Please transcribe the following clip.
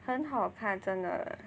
很好看真的